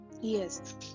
yes